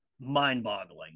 mind-boggling